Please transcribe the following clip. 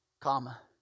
Comma